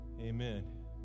Amen